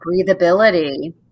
breathability